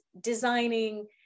designing